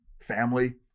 family